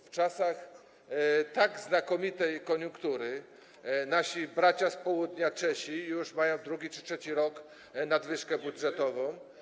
W czasach tak znakomitej koniunktury nasi bracia z południa, Czesi, już mają drugi czy trzeci rok nadwyżkę budżetową.